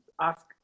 ask